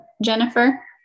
Jennifer